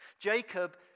Jacob